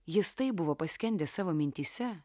jis taip buvo paskendęs savo mintyse